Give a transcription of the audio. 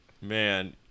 Man